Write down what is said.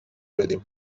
بدیم